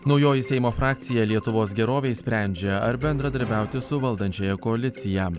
naujoji seimo frakcija lietuvos gerovei sprendžia ar bendradarbiauti su valdančiąja koalicija